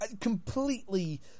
Completely